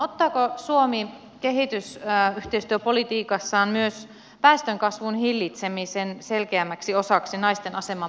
ottaako suomi kehitysyhteistyöpolitiikassaan myös väestönkasvun hillitsemisen selkeämmäksi osaksi naisten aseman parantamista